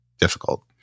difficult